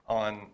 on